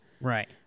Right